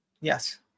Yes